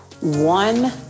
one